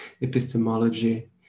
epistemology